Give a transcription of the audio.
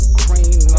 green